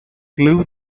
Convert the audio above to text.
glue